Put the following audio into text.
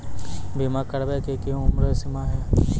बीमा करबे के कि उम्र सीमा या?